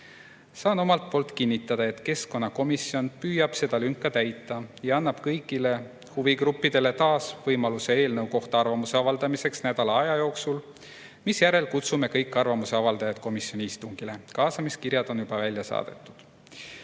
Saan omalt poolt kinnitada, et keskkonnakomisjon püüab seda lünka täita ja annab kõigile huvigruppidele taas võimaluse eelnõu kohta arvamuse avaldamiseks nädala jooksul, misjärel kutsume kõik arvamuse avaldajad komisjoni istungile. Kaasamiskirjad on juba välja saadetud.